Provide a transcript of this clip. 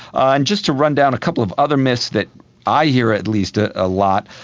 and just to run down a couple of other myths that i hear at least ah a lot,